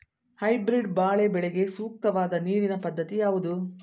Hybrid ಬಾಳೆ ಬೆಳೆಗೆ ಸೂಕ್ತವಾದ ನೀರಿನ ಪದ್ಧತಿ ಯಾವುದು?